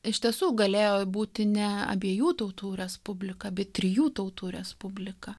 iš tiesų galėjo būti ne abiejų tautų respublika bet trijų tautų respublika